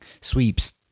sweeps